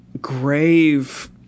grave